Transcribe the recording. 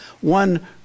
One